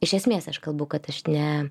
iš esmės aš kalbu kad aš ne